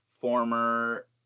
former